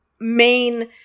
main